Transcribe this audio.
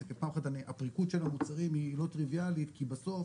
הפריקות של המוצרים היא לא טריוויאלית כי בסוף